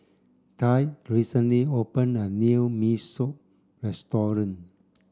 Tre recently opened a new Mee Soto restaurant